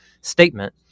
statement